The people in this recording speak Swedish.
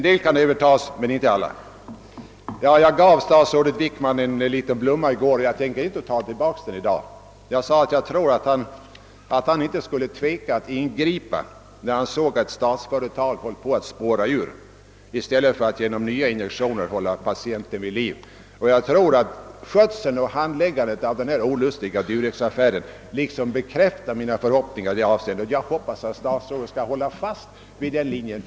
Jag gav i går statsrådet Wickman en liten blomma, jag tänker inte ta tillbaka den i dag. Jag sade att jag tror att han inte skulle tveka att radikalt ingripa om han såg att ett statligt företag höll på att spåra ur, i stället för att genom nya injektioner hålla patienten vid liv. Skötseln och handläggandet av den olustiga Duroxaffären bekräftar de förhoppningar jag hyst i detta avseende. Jag hoppas att statsrådet skall hålla fast vid den linjen.